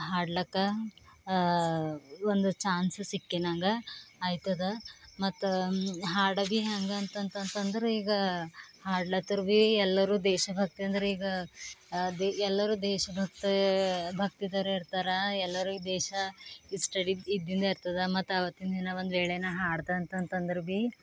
ಹಾಡ್ಲಿಕ್ಕ ಒಂದು ಚಾನ್ಸ ಸಿಕ್ಕಿನಾಗ ಆಯ್ತದೆ ಮತ್ತು ಹಾಡು ಭೀ ಹೆಂಗಂತಂತಂತಂದ್ರೆ ಈಗ ಹಾಡ್ಲತ್ತರ ಭೀ ಎಲ್ಲರು ದೇಶಭಕ್ತಿ ಅಂದ್ರೆ ಈಗ ಅದೇ ಎಲ್ಲರು ದೇಶಭಕ್ತಿ ಭಕ್ತಿದರ ಇರ್ತಾರೆ ಎಲ್ಲರು ಈ ದೇಶ ಇಷ್ಟ ಇದ್ದಿಂದು ಇರ್ತದೆ ಮತ್ತು ಆವತ್ತಿನ ದಿನ ಒಂದು ವೇಳೆ ನಾನು ಹಾಡ್ದಂತಂತಂದ್ರೆ ಭೀ